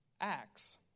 Acts